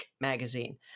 magazine